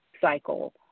cycle